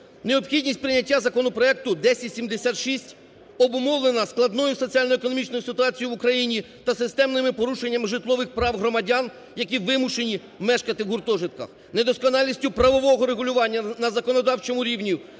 необхідність прийняття законопроекту 1076 обумовлено складною соціально-економічною ситуацією в Україні та системними порушеннями житлових прав громадян, які вимушені мешкати в гуртожитках, недосконалістю правового регулювання на законодавчому рівні